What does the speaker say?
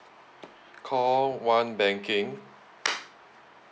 call one banking